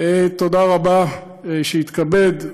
תודה רבה, שיתכבד.